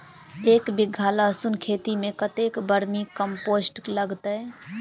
एक बीघा लहसून खेती मे कतेक बर्मी कम्पोस्ट लागतै?